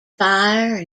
fire